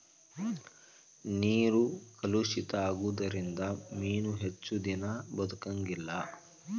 ನೇರ ಕಲುಷಿತ ಆಗುದರಿಂದ ಮೇನು ಹೆಚ್ಚದಿನಾ ಬದಕಂಗಿಲ್ಲಾ